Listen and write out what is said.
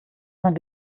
man